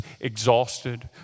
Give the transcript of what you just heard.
exhausted